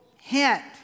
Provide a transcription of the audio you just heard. hint